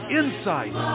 insight